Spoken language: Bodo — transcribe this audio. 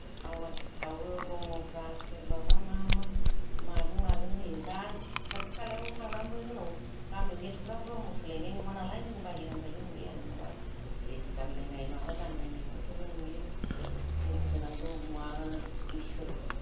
आवाथि सावो ब्रह्मफोरा सोरबाबा मा मा माजों माजों होयो दा खाथि खालायावबो थांनाबो जोंनाव गामियाव एथ'ग्राब धर्म सोलायनाय नङा नालाय जों बाहेरानिफ्रायल' नुयो आरो माबा द्रेस गानलायनाय माबा गानलायनायफोरखौबो नुयो द्रेस गोनां धर्मवा इसोर